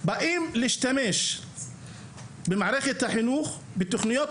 באים להשתמש במערכת החינוך ובתוכניות